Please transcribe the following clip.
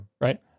right